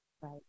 Right